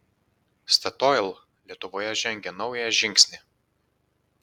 statoil lietuvoje žengia naują žingsnį